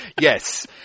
Yes